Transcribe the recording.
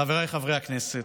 חבריי חברי הכנסת,